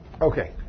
Okay